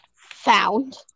found